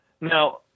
Now